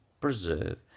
preserve